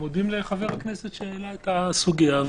מודים לחבר הכנסת שהעלה את הסוגיה,